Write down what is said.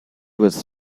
was